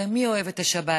הרי מי אוהב את השבת?